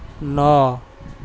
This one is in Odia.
ନଅ